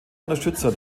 unterstützer